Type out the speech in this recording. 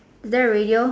is there a radio